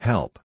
Help